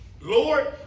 Lord